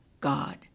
God